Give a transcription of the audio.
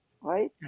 right